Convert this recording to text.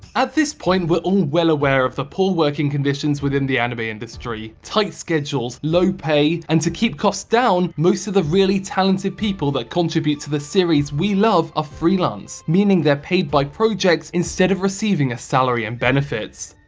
at this point, we're all well aware of the poor working conditions within the anime industry. tight schedules, low pay, and to keep costs down, most of the really talented people that contribute to the series we love are ah freelance, meaning they're paid by project instead of receiving a salary and benefits.